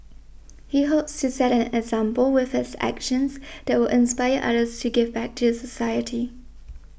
he hopes to set an example with his actions that will inspire others to give back to the society